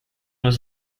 was